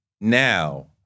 now